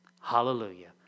Hallelujah